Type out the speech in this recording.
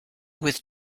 with